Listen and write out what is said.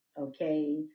okay